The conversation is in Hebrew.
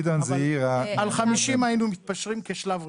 על 50 היינו מתפשרים כשלב ראשון.